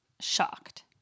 shocked